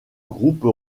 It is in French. groupe